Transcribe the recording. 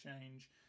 change